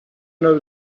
know